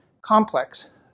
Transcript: complex